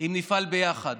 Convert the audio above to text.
אם נפעל ביחד.